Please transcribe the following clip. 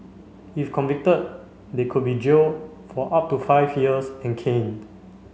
if convicted they could be jailed for up to five years and caned